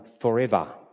forever